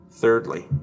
Thirdly